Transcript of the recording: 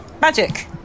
magic